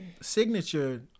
signature